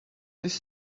this